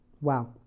Wow